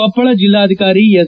ಕೊಪ್ಪಳ ಜಿಲ್ಲಾಧಿಕಾರಿ ಎಸ್